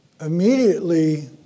immediately